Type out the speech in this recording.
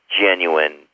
genuine